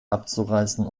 abzureißen